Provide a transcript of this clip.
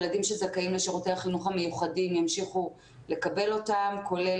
ילדים שזכאים לשירותי החינוך המיוחדים ימשיכו לקבל אותם כולל